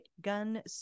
gun